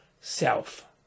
self